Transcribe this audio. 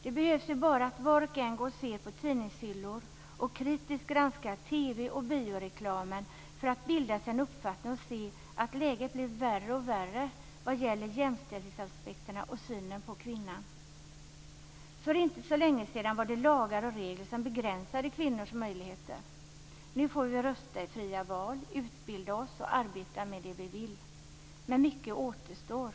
Det behövs ju bara att var och en går och ser på tidningshyllor och kritiskt granskar TV och bioreklamen för att bilda sig en uppfattning och se att läget blir värre och värre vad gäller jämställdhetsaspekterna och synen på kvinnan. För inte så länge sedan var det lagar och regler som begränsade kvinnors möjligheter. Nu får vi rösta i fria val, utbilda oss och arbeta med vad vi vill. Men mycket återstår.